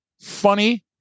funny